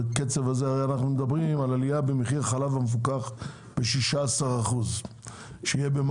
אנחנו מדברים על העלייה במחיר החלב המפוקח ב-16% במאי,